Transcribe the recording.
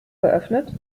geöffnet